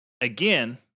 again